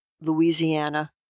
Louisiana